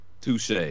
Touche